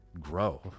grow